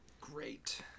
Great